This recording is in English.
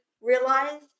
realize